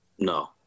No